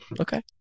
Okay